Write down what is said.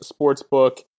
sportsbook